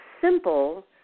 simple